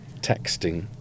texting